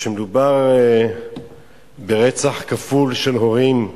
כשמדובר ברצח כפול של הורים,